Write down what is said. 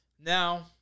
Now